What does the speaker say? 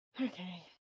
Okay